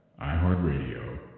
iHeartRadio